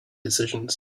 decisions